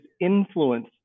influence